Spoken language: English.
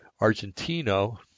Argentino